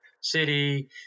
City